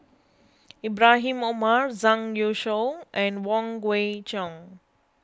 Ibrahim Omar Zhang Youshuo and Wong Kwei Cheong